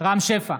רם שפע,